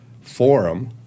forum